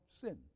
sin